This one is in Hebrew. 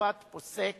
בית-משפט פוסק